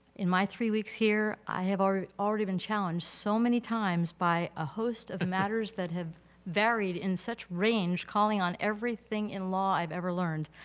in my three weeks here, i have already been challenged so many times by a host of matters that have varied in such range calling on everything in law i've ever learned.